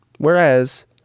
Whereas